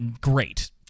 Great